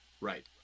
Right